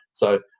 so,